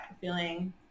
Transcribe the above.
feeling